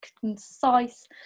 concise